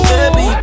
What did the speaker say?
Baby